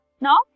Now